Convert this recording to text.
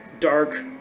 Dark